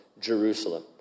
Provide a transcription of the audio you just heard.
Jerusalem